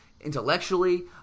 Intellectually